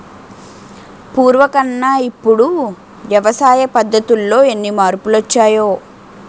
పూర్వకన్నా ఇప్పుడు వ్యవసాయ పద్ధతుల్లో ఎన్ని మార్పులొచ్చాయో